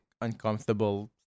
uncomfortable